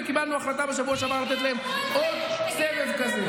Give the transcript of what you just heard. וקיבלנו החלטה בשבוע שעבר לתת להם עוד סבב כזה.